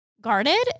guarded